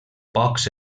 pocs